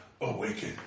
Awaken